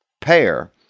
pair